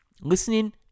listening